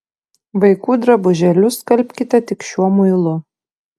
vaikų drabužėlius skalbkite tik šiuo muilu